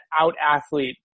out-athlete